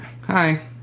hi